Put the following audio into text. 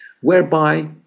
whereby